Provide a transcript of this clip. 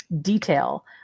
detail